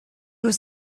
was